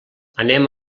anem